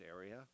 area